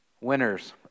Winners